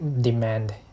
demand